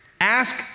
Ask